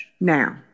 Now